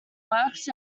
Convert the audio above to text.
works